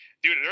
Dude